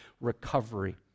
recovery